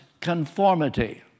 conformity